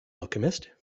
alchemist